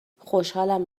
خوشحالم